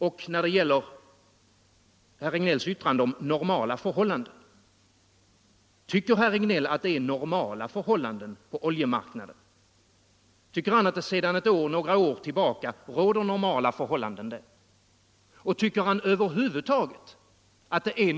Jag vill ställa en fråga till herr Regnéll också om hans uttryck ”normala förhållanden”. Tycker herr Regnéll att det sedan några år tillbaka råder normala förhållanden på oljemarknaden?